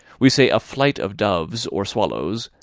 we say a flight of doves or swallows,